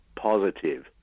positive